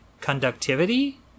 conductivity